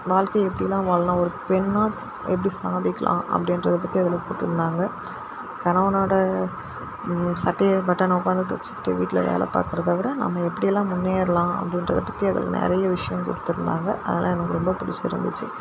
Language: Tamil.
வாழ்க்கையை எப்படிலாம் வாழலாம் ஒரு பெண்ணாக எப்படி சாதிக்கலாம் அப்படின்றத பற்றி அதில் போட்டிருந்தாங்க கணவனோட சட்டை பட்டனை உட்காந்து தைச்சிகிட்டு வீட்டில் வேலை பார்க்குறத விட நம்ம எப்படிலாம் முன்னேறலாம் அப்படின்றத பற்றி அதில் நிறையா விஷயம் கொடுத்துருந்தாங்க அதெல்லாம் எனக்கு ரொம்ப பிடிச்சிருந்திச்சு